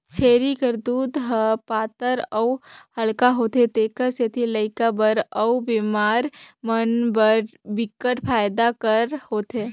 छेरी कर दूद ह पातर अउ हल्का होथे तेखर सेती लइका बर अउ बेमार मन बर बिकट फायदा कर होथे